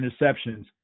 interceptions